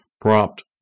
prompt